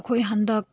ꯑꯩꯈꯣꯏ ꯍꯟꯗꯛ